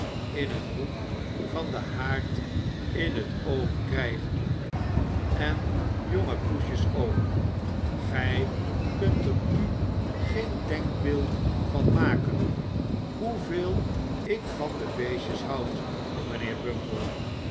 in een hoek van den haard in t oog krijgende en jonge poesjes ook gij kunt er u geen denkbeeld van maken hoeveel ik van de beestjes houd mijnheer bumble